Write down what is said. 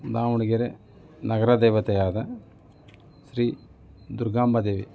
ದಾವಣಗೆರೆ ನಗರ ದೇವತೆಯಾದ ಶ್ರೀ ದುರ್ಗಾಂಬಾ ದೇವಿ